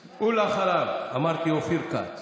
אדוני?